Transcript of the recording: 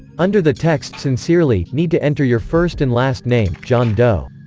under the text sincerely, need to enter your first and last name john doe